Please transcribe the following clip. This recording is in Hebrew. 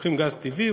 לוקחים גז טבעי,